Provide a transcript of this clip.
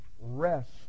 rest